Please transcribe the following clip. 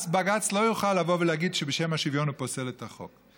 אז בג"ץ לא יוכל לבוא ולהגיד שבשם השוויון הוא פוסל את החוק.